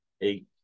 eight